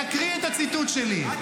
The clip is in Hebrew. תקריא את הציטוט שלי.